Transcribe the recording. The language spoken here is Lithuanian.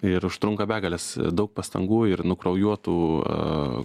ir užtrunka begales daug pastangų ir nukraujuotų